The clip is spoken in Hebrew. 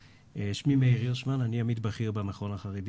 שמי מאיר הירשמן אני עמית בכיר במכון החרדי